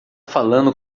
falando